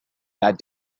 that